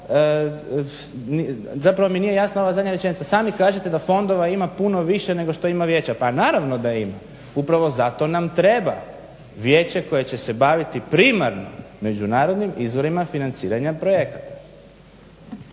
zapravo mi nije jasna ova zadnja rečenica. Sami kažete da fondova ima puno više nego što ima vijeća. Pa naravno da ima upravo zato nam treba vijeće koje će se baviti primarno međunarodnim izvorima financiranja projekata.